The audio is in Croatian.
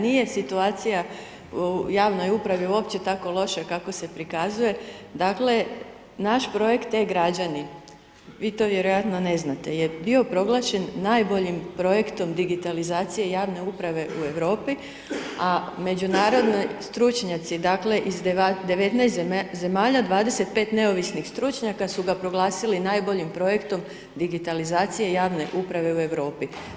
Nije situacija u javnoj upravi uopće tako loša kako se prikazuje, dakle, naš projekt e-Građani, vi to vjerojatno ne znate, je bio proglašen najboljim projektom digitalizacije javne uprave u Europi, a međunarodni stručnjaci iz 19 zemalja, 25 neovisnih stručnjaka su ga proglasili najboljim projektom digitalizacije javne uprave u Europi.